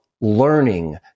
learning